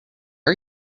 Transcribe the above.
are